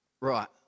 right